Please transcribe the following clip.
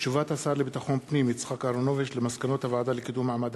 תשובת השר לביטחון פנים יצחק אהרונוביץ על מסקנות הוועדה לקידום מעמד